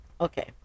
Okay